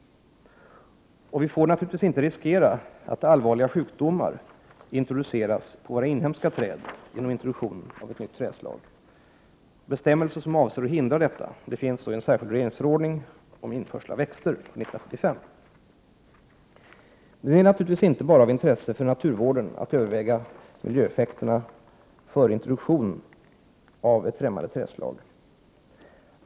Och vi får naturligtvis inte riskera att allvarliga sjukdomar introduceras på våra inhemska träd genom introduktion av ett nytt trädslag. Bestämmelser som avser att hindra detta finns i en särskild regeringsförordning om införsel av växter . Det är naturligtvis inte bara av intresse för naturvården att överväga miljöeffekterna före introduktion av ett ffrämmande trädslag.